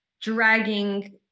dragging